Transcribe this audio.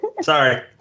Sorry